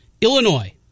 Illinois